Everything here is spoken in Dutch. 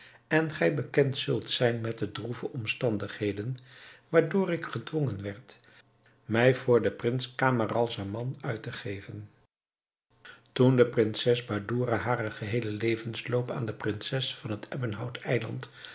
en gij bekend zult zijn met de droevige omstandigheden waardoor ik gedwongen werd mij voor den prins camaralzaman uit te geven toen de prinses badoura haren geheelen levensloop aan de prinses van het ebbenhout eiland